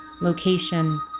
location